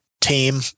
team